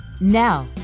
Now